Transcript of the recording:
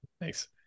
Thanks